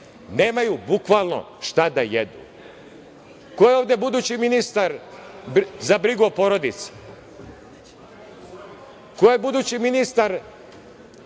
nemaju bukvalno šta da jedu? Ko je ovde budući ministar za brigu o porodici? Ko je budući ministar